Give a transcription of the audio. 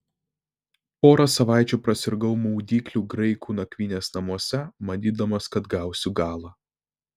porą savaičių prasirgau maudyklių graikų nakvynės namuose manydamas kad gausiu galą